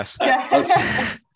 Yes